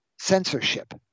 censorship